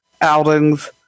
outings